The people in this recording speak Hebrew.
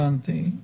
הבנתי.